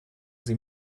sie